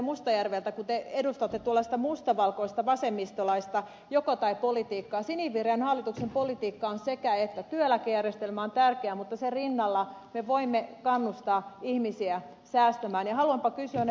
mustajärveltä kun te edustatte tuollaista mustavalkoista vasemmistolaista jokotai politiikkaa kun taas sinivihreän hallituksen politiikka on sekäettä työeläkejärjestelmä on tärkeä mutta sen rinnalla me voimme kannustaa ihmisiä säästämään haluanpa kysyä ne perustelut tässä ja nyt